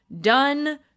done